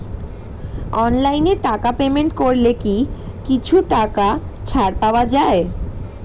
অনলাইনে টাকা পেমেন্ট করলে কি কিছু টাকা ছাড় পাওয়া যায়?